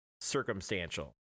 circumstantial